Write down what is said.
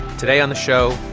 today on the show,